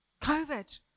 COVID